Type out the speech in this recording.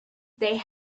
they